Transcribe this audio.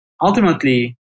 ultimately